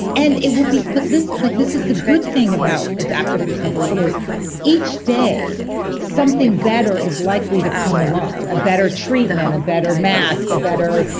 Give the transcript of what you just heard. and it will be but this like this is the good thing about adaptive recovery is each day something better is likely to come along, a better treatment, a better mask, a better,